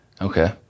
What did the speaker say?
Okay